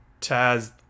Taz